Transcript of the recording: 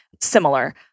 Similar